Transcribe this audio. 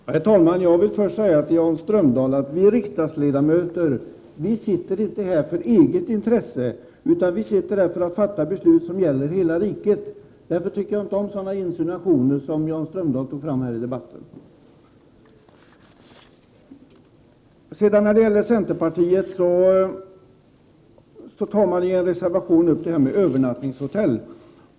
Herr talman! Jag vill först säga till Jan Strömdahl att vi riksdagsledamöter inte sitter här för eget intresse utan för att fatta beslut som gäller hela riket. Därför tycker jag inte om sådana insinuationer som Jan Strömdahl förde fram här i debatten. Centerpartiet tar i en reservation upp frågan om övernattningshotell.